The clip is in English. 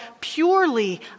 purely